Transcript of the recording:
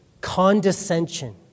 condescension